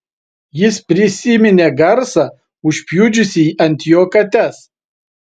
jis prisiminė garsą užpjudžiusį ant jo kates